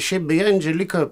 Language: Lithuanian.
šiaip beje andželika